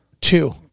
Two